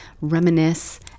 reminisce